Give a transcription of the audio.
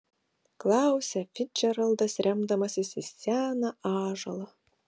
klausia ficdžeraldas remdamasis į seną ąžuolą